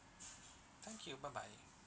thank you bye bye